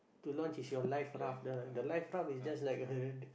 to launch is if your life raft the the life raft is just like a